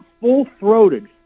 full-throated